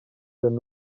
and